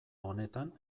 honetan